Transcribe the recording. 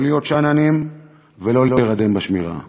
לא להיות שאננים ולא להירדם בשמירה.